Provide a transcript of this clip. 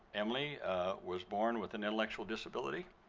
emily was born with an intellectual disability